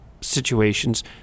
situations